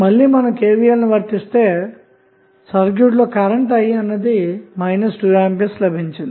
మళ్ళీ KVL ను వర్తిస్తే సర్క్యూట్ లో కరెంటు i 2A లభిస్తుంది